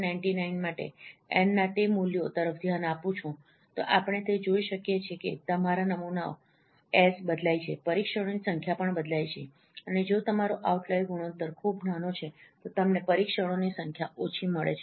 99 માટે એનનાં તે મૂલ્યો તરફ ધ્યાન આપું છું તો આપણે તે જોઈ શકીએ છીએ કે તમારા નમૂનાઓ S બદલાય છે પરીક્ષણોની સંખ્યા પણ બદલાય છે અને જો તમારું આઉટલાઈર ગુણોત્તર ખૂબ નાનો છે તો તમને પરીક્ષણોની સંખ્યા ઓછી મળે છે